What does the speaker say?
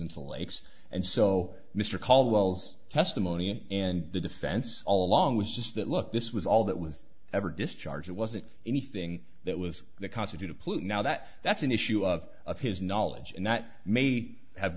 into lakes and so mr caldwell's testimony and the defense all along was just that look this was all that was ever discharge it wasn't anything that was constituted pollute now that that's an issue of of his knowledge and that may have